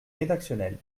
rédactionnel